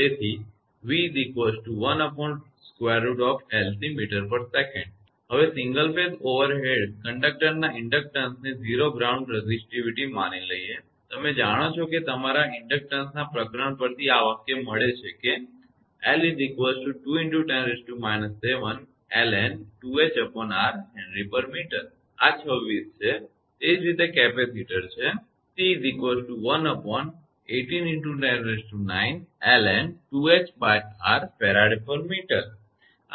તેથી 𝑣 1√𝐿𝐶 mtsec હવે single phase overhead કંડકટરના ઇન્ડકટન્સને 0 ગ્રાઉન્ડ રેઝિટિવિટી માની લઇએ તમે જાણો છો કે તમારા ઇન્ડક્ટન્સના પ્રકરણ પરથી આ વાકય મળે છે આ 26 છે અને તે જ રીતે કેપેસિટર છે આ સમીકરણ 27 છે